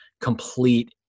complete